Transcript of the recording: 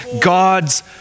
God's